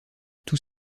tout